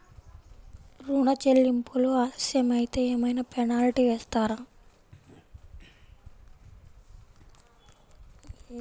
ఋణ చెల్లింపులు ఆలస్యం అయితే ఏమైన పెనాల్టీ వేస్తారా?